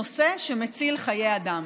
נושא שמציל חיי אדם.